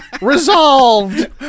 Resolved